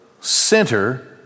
center